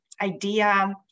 idea